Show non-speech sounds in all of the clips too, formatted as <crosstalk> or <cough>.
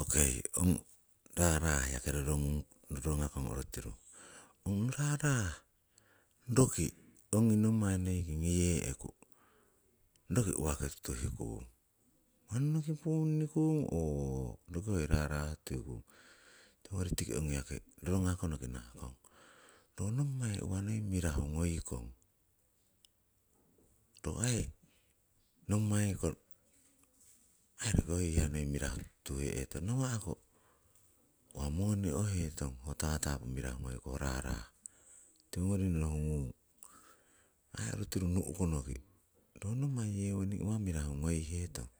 Okei ong raarah yaki rorongung rorongakong orutiru, ong raarah roki ongi nommai noingi ngoye'ku roki uwaki tutuhikung? Manunuki punnikung oo roki hoi rara tutuhikung? Tiwongori tiki ongi yaki rorongakonoki nahakong, ro nommai uwa noi mirahu ngoikong, ro aii nommai kiko aii roki hoi hiya mirahu noi tutuhe'hetong, nawa'ko uwa moni o'hetong, ho tatapu ngoiku ho raarah. Tiwongori nohungung aii orutiru nu'konoki ro nommai yewoning uwa mirahu ngoihetong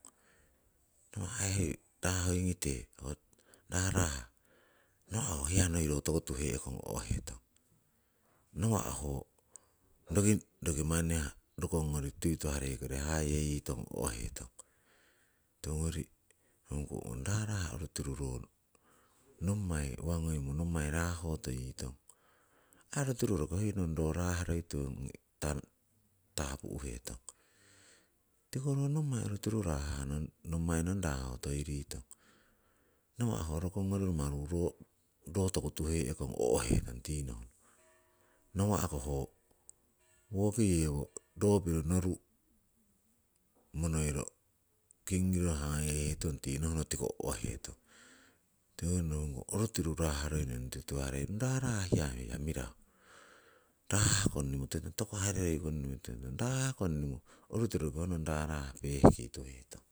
ho aii oingi raa'hoingite, raarah nawa' ho hiyah ro toku tuhe'kong noi o'hetong, nawa ho roki manni hiya rokongori tuituhareikori hayeyitong o'hetong. Tiwongori nohungkong ong raarah oritiru ro nammai uwa ngoimo, nommai raa'hotoyitong aii tiru roki hoi nong ro raahroi turongi tapuihetong. Tiko ro nommai orutiru raahahnong. nommai raah ho toiritong, nawa ho rokongori rumarukori ro toku tuhe'kong o'hetong, <noise> tii nonohno nawa' ho woki yewo ro piro noru monoiro kingiro hayeihetong tinnonoh tiko o'hetong. Tiwongori nohungong ororutiru raarahnong tuituharei ong raarah hiya mirahu, rahroi konnimo tuhetong, toku hariroi konnimo orutiru honong raarah peehkituhetong